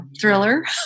thriller